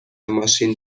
ماشین